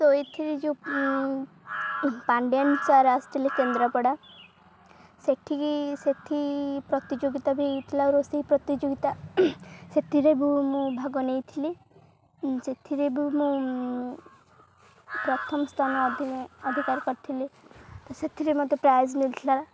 ତ ଏଥିରେ ଯୋଉ ପାଣ୍ଡିଆନ ସାର୍ ଆସିଥିଲେ କେନ୍ଦ୍ରପଡ଼ା ସେଠିକି ସେଠି ପ୍ରତିଯୋଗିତା ବି ହେଇଥିଲା ରୋଷେଇ ପ୍ରତିଯୋଗିତା ସେଥିରେ ବି ମୁଁ ଭାଗ ନେଇଥିଲି ସେଥିରେ ବି ମୁଁ ପ୍ରଥମ ସ୍ଥାନ ଅଧିକାର କରିଥିଲି ତ ସେଥିରେ ମତେ ପ୍ରାଇଜ୍ ମିଳିଥିଲା